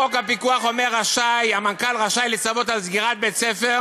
חוק הפיקוח אומר שהמנכ"ל רשאי לצוות על סגירת בית-ספר